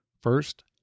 First